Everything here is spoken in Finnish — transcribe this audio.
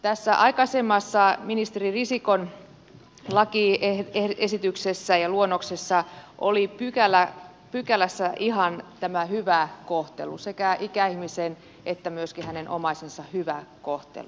tässä aikaisemmassa ministeri risikon lakiesityksessä ja luonnoksessa oli pykälässä ihan tämä hyvä kohtelu sekä ikäihmisen että myöskin hänen omaisensa hyvä kohtelu